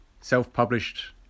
self-published